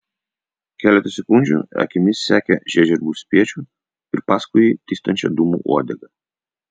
keletą sekundžių akimis sekė žiežirbų spiečių ir paskui jį tįstančią dūmų uodegą